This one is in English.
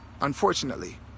unfortunately